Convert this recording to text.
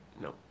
No